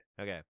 Okay